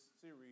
series